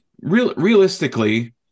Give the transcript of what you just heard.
Realistically